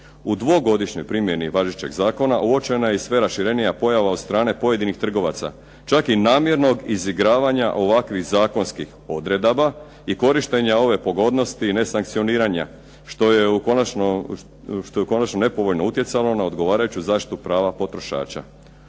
U dvogodišnjoj primjeni važećeg zakona, uočena je i sve raširenija pojava od strane pojedinih trgovaca, čak i namjernog izigravanja ovakvih zakonskih odredaba i korištenja ove pogodnosti nesankcioniranja, što je u konačnici nepovoljno utjecalo na odgovarajuću zaštitu prava potrošača.